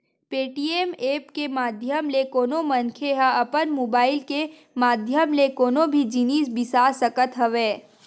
Paytm app के माधियम ले कोनो मनखे ह अपन मुबाइल के माधियम ले कोनो भी जिनिस बिसा सकत हवय